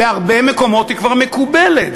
בהרבה מקומות היא כבר מקובלת,